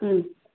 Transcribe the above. ಹ್ಞೂ